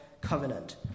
covenant